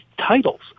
titles